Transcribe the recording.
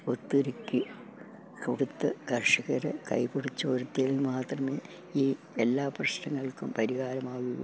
ഒത്തൊരുക്കി കൊടുത്ത് കർഷകരെ കൈ പിടിച്ചുയർത്തിയാൽ മാത്രമേ ഈ എല്ലാ പ്രശ്നങ്ങൾക്കും പരിഹാരമാകുകയുള്ളു